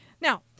Now